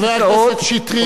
חבר הכנסת שטרית,